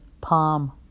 palm